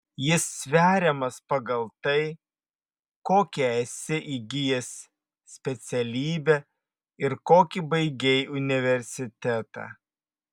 jis sveriamas pagal tai kokią esi įgijęs specialybę ir kokį baigei universitetą